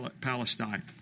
Palestine